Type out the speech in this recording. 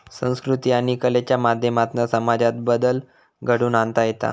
संकृती आणि कलेच्या माध्यमातना समाजात बदल घडवुन आणता येता